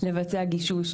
לבצע גישוש,